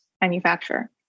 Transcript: manufacturer